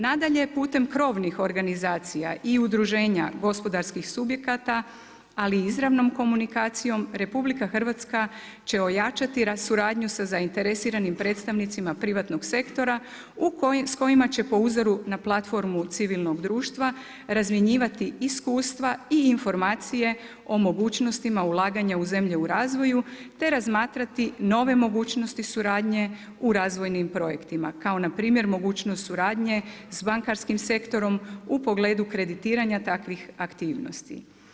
Nadalje putem krovnih organizacija i udruženja gospodarskih subjekata ali i izravnom komunikacijom Republika Hrvatska će ojačati suradnju sa zainteresiranim predstavnicima privatnog sektora s kojima će po uzoru na platformu civilnog društva razmjenjivati iskustva i informacije o mogućnostima ulaganja u zemlje u razvoju, te razmatrati nove mogućnosti suradnje u razvojnim projektima kao na primjer mogućnost suradnje s bankarskim sektorom u pogledu kreditiranja takvih aktivnosti.